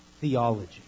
theology